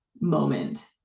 moment